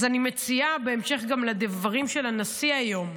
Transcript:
אז אני מציעה, גם בהמשך לדברים של הנשיא היום,